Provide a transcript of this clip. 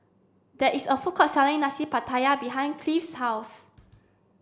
there is a food court selling Nasi Pattaya behind Cleve's house